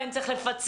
האם צריך לפצל?